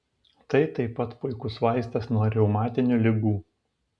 tai taip pat puikus vaistas nuo reumatinių ligų